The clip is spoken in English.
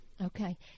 Okay